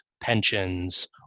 pensions